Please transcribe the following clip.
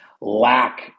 lack